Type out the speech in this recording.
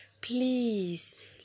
please